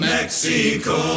Mexico